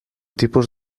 tipus